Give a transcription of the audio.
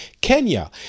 Kenya